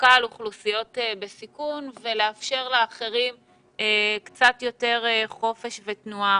דווקא על אוכלוסיות בסיכון ולאפשר לאחרים קצת יותר חופש ותנועה,